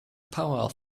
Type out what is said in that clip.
power